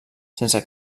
sense